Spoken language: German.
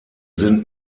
sind